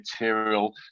material